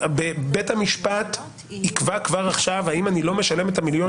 בית המשפט יקבע כבר עכשיו האם אני לא משלם את המיליון